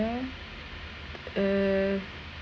uh